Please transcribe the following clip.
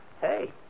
Hey